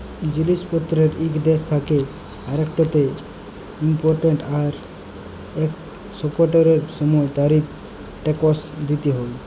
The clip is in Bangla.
জিলিস পত্তের ইক দ্যাশ থ্যাকে আরেকটতে ইমপরট আর একসপরটের সময় তারিফ টেকস দ্যিতে হ্যয়